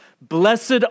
Blessed